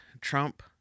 Trump